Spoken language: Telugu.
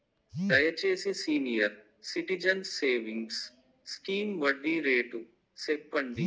దయచేసి సీనియర్ సిటిజన్స్ సేవింగ్స్ స్కీమ్ వడ్డీ రేటు సెప్పండి